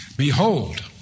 Behold